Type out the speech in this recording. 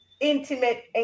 intimate